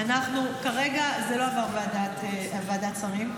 כרגע זה לא עבר ועדת שרים.